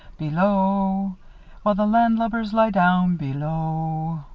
below while the landlubbers lie down below.